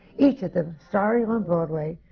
each of them starring on broadway,